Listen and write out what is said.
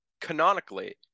canonically